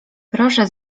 proszę